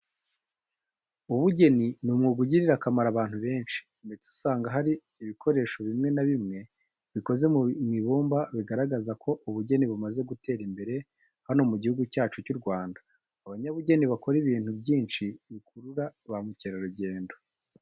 Ubugeni ni umwuga ugirira akamaro abantu benshi, ndetse usanga hari ibikoresho bimwe na bimwe bikoze mu ibumba bigaragaza ko ubugeni bumaze gutera imbere hano mu gihugu cyacu cy'u Rwanda. Abanyabugeni bakora ibintu byinshi bikurura ba mukerarugendo.